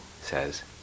says